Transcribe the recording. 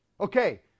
Okay